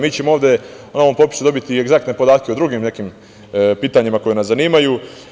Mi ćemo ovde na ovom popisu dobiti egzaktne podatke o drugim nekim pitanjima koja nas zanimaju.